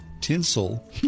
Tinsel